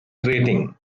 rating